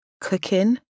cooking